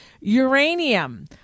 uranium